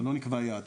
אבל לא נקבע יעד.